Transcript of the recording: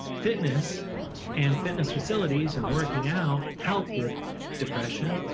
fitness and fitness facilities and working out help with depression,